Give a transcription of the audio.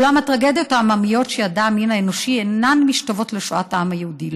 אולם הטרגדיות העממיות שידע המין האנושי אינן משתוות לשואת העם היהודי,